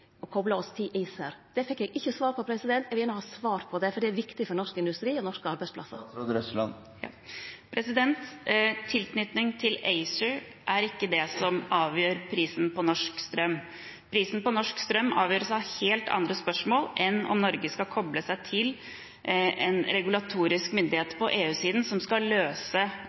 og kopla oss til ACER? Det fekk eg ikkje svar på. Eg vil gjerne ha svar på det, for det er viktig for norsk industri og norske arbeidsplassar. Tilknytning til ACER er ikke det som avgjør prisen på norsk strøm. Prisen på norsk strøm avgjøres av helt andre spørsmål enn om Norge skal koble seg til en regulatorisk myndighet på EU-siden som skal løse